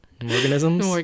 Organisms